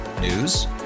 News